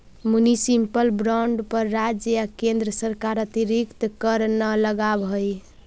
municipal bond पर राज्य या केन्द्र सरकार अतिरिक्त कर न लगावऽ हइ